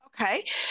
Okay